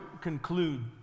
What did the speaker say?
conclude